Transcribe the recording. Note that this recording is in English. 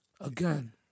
Again